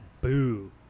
boo